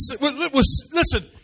Listen